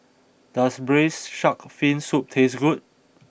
does Braised Shark Fin Soup taste good